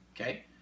Okay